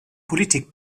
politik